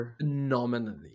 phenomenally